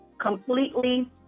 completely